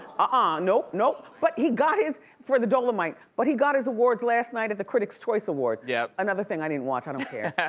ah nope, nope. but he got his, for the dolemite, but he got his awards last night at the critic's choice award. yep. another thing i didn't watch, kind of yeah